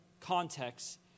context